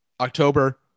October